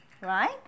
right